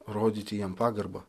rodyti jiem pagarbą